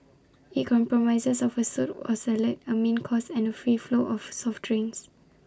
IT comprises of A soup or salad A main course and free flow of soft drinks